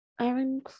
Aaron